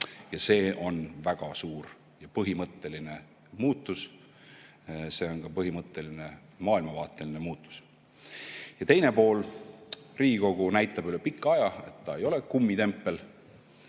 Ja see on väga suur ja põhimõtteline muutus. See on põhimõtteline maailmavaateline muutus. Ja teine pool: Riigikogu näitab üle pika aja, et ta ei ole kummitempel